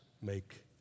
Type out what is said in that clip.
make